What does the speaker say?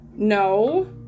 No